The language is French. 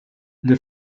les